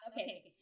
okay